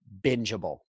bingeable